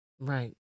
Right